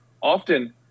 often